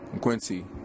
Quincy